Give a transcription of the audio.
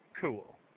cool